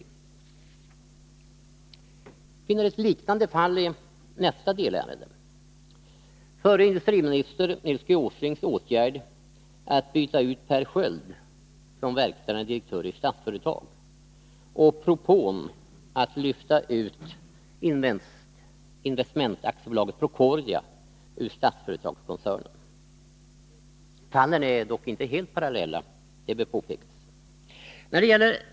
Vi finner ett liknande fall i nästa delärende: förre industriminstern Nils G. Åslings åtgärd att byta ut Per Sköld som verkställande direktör i Statsföretag och propån att lyfta ut Procordia ur Statsföretagskoncernen. Fallen är dock inte helt parallella — det bör påpekas.